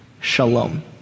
shalom